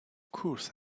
course